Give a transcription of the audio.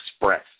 express